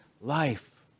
life